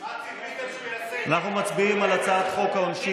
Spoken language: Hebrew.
לא אכפת לו מאף אחד,